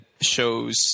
shows